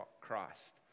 Christ